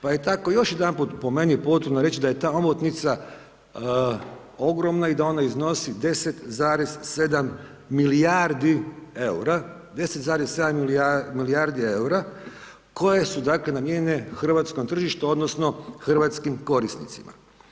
Pa je tako, još jedanput po meni potrebno reći da je ta omotnica ogromna i da ona iznosi 10,7 milijardi eura, 10,7 milijardi eura, koje su dakle, namijenjene hrvatskom tržištu, odnosno hrvatskim korisnicima.